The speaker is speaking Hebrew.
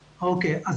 קודם כול אנחנו